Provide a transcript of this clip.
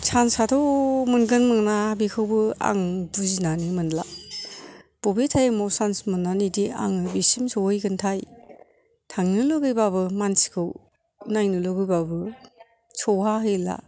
चान्सआथ' मोनगोन मोना बेखौबो आं बुजिनानै मोनला बबे टाइमाव चान्स मोन्नानैदि आङो बेसिम सौहै गोन्थाय थांनो लुबैबाबो मानसिखौ नायनो लुबैबाबो सौहा हैला